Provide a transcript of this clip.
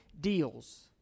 deals